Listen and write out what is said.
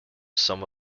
some